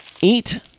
eat